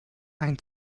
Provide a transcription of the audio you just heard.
ein